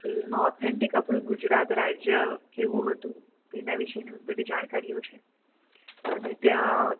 કે એમાં ઓથેન્ટિક આપણું ગુજરાત રાજ્ય કેવું હતું તેના વિષેની બધી જાણકારીઓ છે અને ત્યાં